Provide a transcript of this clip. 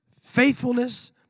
faithfulness